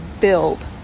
build